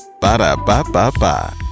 Ba-da-ba-ba-ba